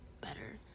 better